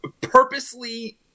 purposely